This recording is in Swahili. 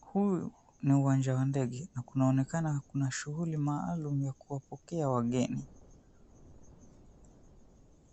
Huu ni uwanja wa ndege, na kunaonekana kuna shughuli maalum ya kuwapokea wageni.